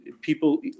people